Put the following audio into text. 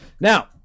now